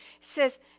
says